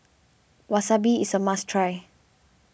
Wasabi is a must try